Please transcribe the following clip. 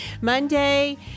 Monday